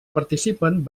participen